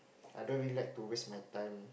I don't really like to waste my time